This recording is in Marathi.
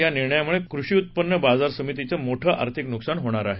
या निर्णयामुळे कृषी उत्पन्न बाजार समितीचे मोठे आर्थिक नुकसान होणार आहे